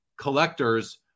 collectors